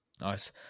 Nice